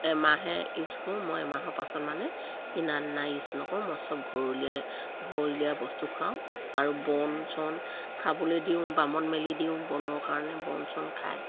এমাহহে use কৰোঁ মই এমাহৰ পাছত মানে কিনা ইউজ নকৰোঁ মই চব ঘৰলীয়া ঘৰলীয়া বস্তু খুৱাওঁ আৰু বন চন খাবলৈ দিওঁ বামত মেলি দিওঁ বনৰ কাৰণে বন চন খায়